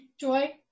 joy